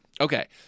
Okay